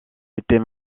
était